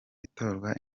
itorwa